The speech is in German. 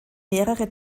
mehrere